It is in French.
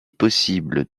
possible